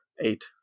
Eight